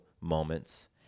moments